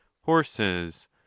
horses